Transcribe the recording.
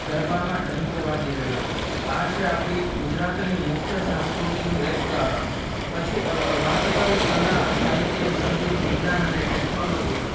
ગરબામાં ડંકો વાગી રહ્યો છે આ છે આપણી ગુજરાતની મુખ્ય સંસ્કૃતિનું એક કારણ પછી વાત કરું કલા સાહિત્ય સંગીત વિજ્ઞાન અને ટેકનોલોજીની